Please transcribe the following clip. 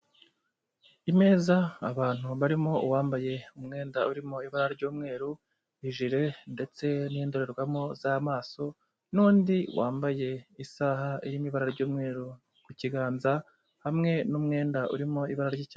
Imeza, abantu barimo uwambaye umwenda urimo ibara ry'umweru, ijire, ndetse n'indorerwamo z'amaso, n'undi wambaye isaha y'ibara ry'umweru ku kiganza, hamwe n'umwenda urimo ibara ry'icyatsi.